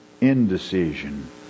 indecision